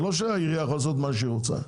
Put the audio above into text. זה לא שהעירייה יכולה לעשות מה שהיא רוצה.